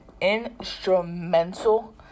instrumental